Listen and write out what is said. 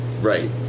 Right